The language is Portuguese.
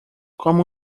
como